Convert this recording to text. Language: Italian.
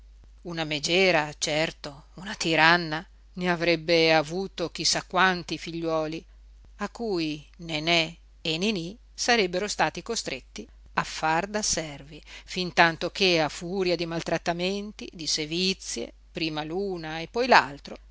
una megera certo una tiranna ne avrebbe avuto chi sa quanti figliuoli a cui nenè e niní sarebbero stati costretti a far da servi fintanto che a furia di maltrattamenti di sevizie prima l'una e poi